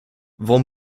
vad